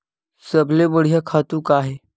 सबले बढ़िया खातु का हे?